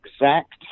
exact